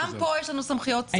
גם פה יש לנו סמכויות ממלכתיות.